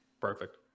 perfect